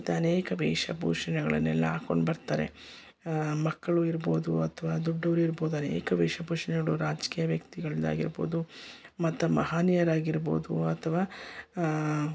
ಮತ್ತು ಅನೇಕ ವೇಷ ಭೂಷಣಗಳನ್ನೆಲ್ಲ ಹಾಕೊಂಡು ಬರ್ತಾರೆ ಮಕ್ಕಳು ಇರ್ಬೋದು ಅಥ್ವಾ ದೊಡ್ಡೋರು ಇರ್ಬೋದು ಅನೇಕ ವೇಷ ಭೂಷಣಗಳು ರಾಜಕೀಯ ವ್ಯಕ್ತಿಗಳದ್ದಾಗಿರ್ಬೋದು ಮತ್ತು ಮಹನೀಯರಾಗಿರ್ಬೋದು ಅಥ್ವಾ